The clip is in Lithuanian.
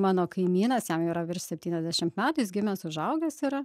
mano kaimynas jam yra virš septyniasdešimt metų jis gimęs užaugęs yra